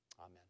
Amen